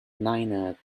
niner